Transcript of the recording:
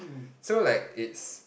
so like it's